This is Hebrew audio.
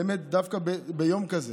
באמת דווקא ביום כזה